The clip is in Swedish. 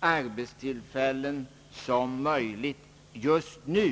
arbetstillfällen som möjligt just nu.